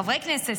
חברי כנסת,